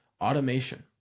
Automation